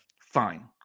fine